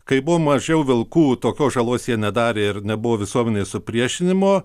kai buvo mažiau vilkų tokios žalos jie nedarė ir nebuvo visuomenės supriešinimo